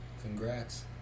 Congrats